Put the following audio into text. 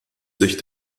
sich